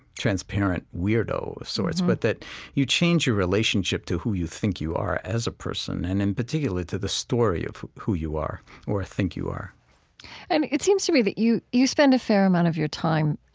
transparent weirdo of sorts. but that you change your relationship to who you think you are as a person and in particular to the story of who you are or think you are and it seems to me that you you spend a fair amount of your time